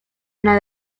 una